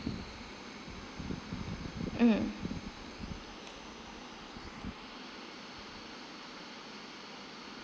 mm